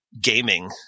gaming